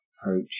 approach